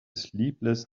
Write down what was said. sleepless